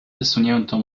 wysuniętą